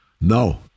No